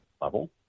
level